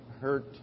hurt